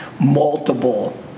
multiple